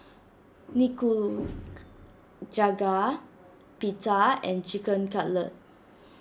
Nikujaga Pita and Chicken Cutlet